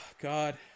God